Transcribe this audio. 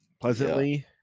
pleasantly